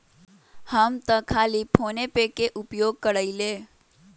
हम तऽ खाली फोनेपे के उपयोग करइले